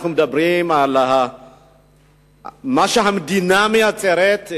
אנחנו מדברים על מה שהמדינה מייצרת,